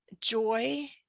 joy